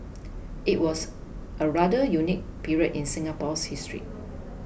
it was a rather unique period in Singapore's history